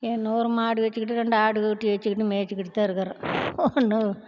என்ன ஒரு மாடு வச்சிகிட்டு ரெண்டு ஆடு ஓட்டி வச்சிகிட்டு மேய்ச்சிகிட்டுதான் இருக்கிறேன் ஒன்றும்